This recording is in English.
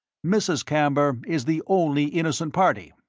mrs. camber is the only innocent party.